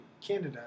Canada